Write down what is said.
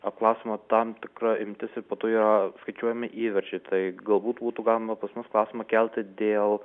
apklausiama tam tikra imtis ir po to jie skaičiuojami įverčiai taip galbūt būtų galima pas mus klausimą kelti dėl